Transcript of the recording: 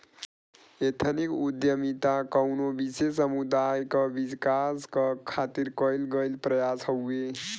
ethnic उद्दमिता कउनो विशेष समुदाय क विकास क खातिर कइल गइल प्रयास हउवे